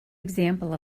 example